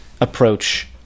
approach